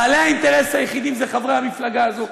בעלי האינטרס היחידים הם חברי המפלגה הזאת,